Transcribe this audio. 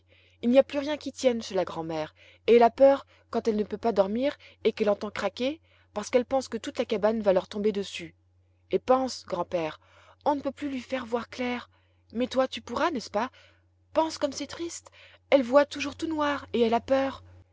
il n'y a plus rien qui tienne chez la grand'mère et elle a peur quand elle ne peut pas dormir et qu'elle entend craquer parce qu'elle pense que toute la cabane va leur tomber dessus et pense grand-père on ne peut plus lui faire voir clair mais toi tu pourras n'est-ce pas pense comme c'est triste elle voit toujours tout noir et elle a peur